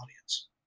audience